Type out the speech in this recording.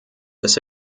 das